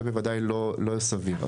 זה בוודאי לא סביר.